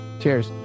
Cheers